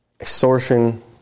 extortion